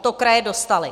To kraje dostaly.